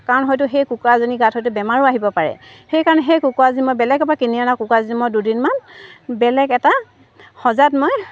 কাৰণ হয়তো সেই কুকুৰাজনীৰ গাত হয়তো বেমাৰো আহিব পাৰে সেইকাৰণে সেই কুকুৰাজনী মই বেলেগৰ পৰা কিনি অনা কুকুৰাজনী মই দুদিনমান বেলেগ এটা সজাত মই